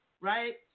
right